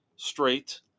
Straight